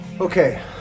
okay